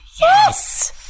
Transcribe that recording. Yes